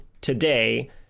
today